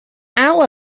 our